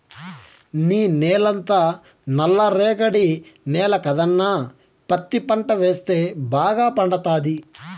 నీ నేలంతా నల్ల రేగడి నేల కదన్నా పత్తి పంట వేస్తే బాగా పండతాది